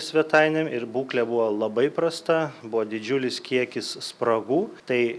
svetainėm ir būklė buvo labai prasta buvo didžiulis kiekis spragų tai